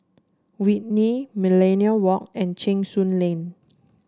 Whitley Millenia Walk and Cheng Soon Lane